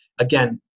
Again